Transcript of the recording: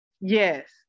Yes